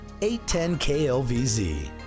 810-KLVZ